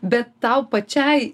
bet tau pačiai